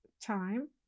time